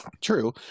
True